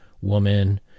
woman